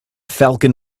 falcon